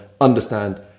understand